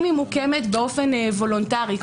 אם היא מוקמת באופן וולונטרי,